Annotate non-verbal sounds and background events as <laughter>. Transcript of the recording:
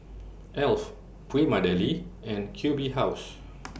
Alf Prima Deli and Q B House <noise>